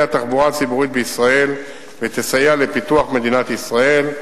התחבורה הציבורית בישראל ותסייע לפיתוח מדינת ישראל.